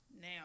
now